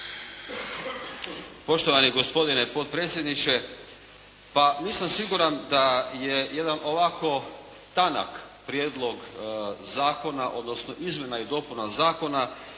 Poštovani gospodine potpredsjedniče. Pa, nisam siguran da je jedan ovako tanak prijedlog zakona, odnosno izmjena i dopuna zakona